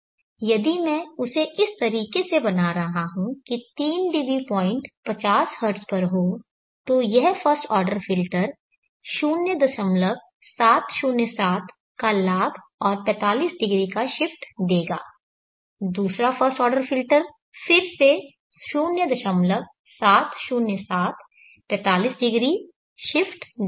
यदि मैं यदि मैं उसे उस तरीके से बना रहा हूं कि 3 dB पॉइंट 50 हर्ट्ज पर हो तो यह फर्स्ट ऑर्डर फ़िल्टर 0707 का लाभ और 45° का शिफ्ट देगा दूसरा फर्स्ट ऑर्डर फ़िल्टर फिर से 0707 45° शिफ्ट देगा